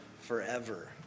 forever